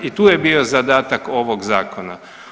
I tu je bio zadatak ovog zakona.